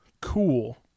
cool